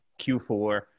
Q4